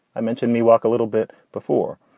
i mentioned miwok a little bit before.